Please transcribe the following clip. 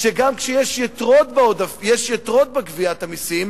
שגם כשיש יתרות בגביית המסים